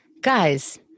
guys